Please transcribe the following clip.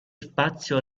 spazio